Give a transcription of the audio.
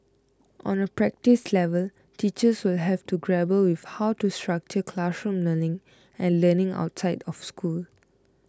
on a practice level teachers will have to grapple with how to structure classroom learning and learning outside of school